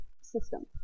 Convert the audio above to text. system